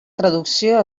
traducció